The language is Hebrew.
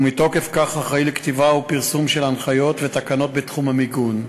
ומתוקף כך אחראי לכתיבה ופרסום של הנחיות ותקנות בתחום המיגון.